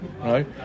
right